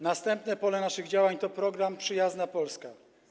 Następne pole naszych działań to program „Przyjazna Polska”